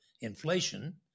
inflation